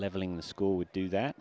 leveling the school would do that